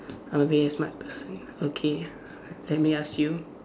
I'm being a smart person okay let me ask you